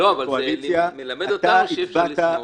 זה מלמד אותנו שאי אפשר לסמוך.